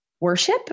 worship